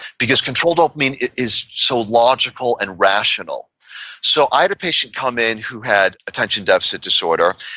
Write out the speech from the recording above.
because control dopamine is so logical and rational so i had a patient come in who had attention-deficit disorder,